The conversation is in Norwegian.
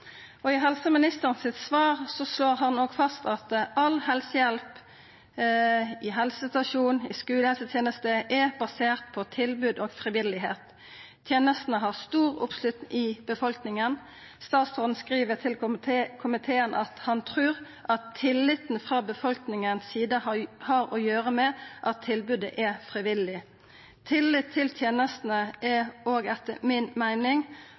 på tilbod og frivilligheit. Tenestene har stor oppslutning i befolkninga. Statsråden skriv til komiteen at han trur at «tilliten fra befolkningens side har å gjøre med at tilbudet er frivillig». Og vidare: «Tillit til tjenesten er etter min